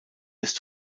ist